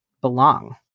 belong